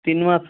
তিন মাস